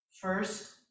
First